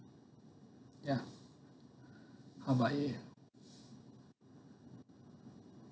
ya how about you